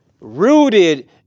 Rooted